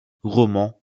romans